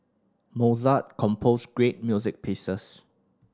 Mozart composed great music pieces